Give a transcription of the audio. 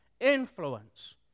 influence